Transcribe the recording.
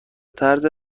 طرز